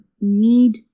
need